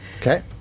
Okay